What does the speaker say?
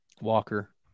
Walker